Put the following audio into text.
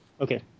Okay